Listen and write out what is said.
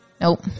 Nope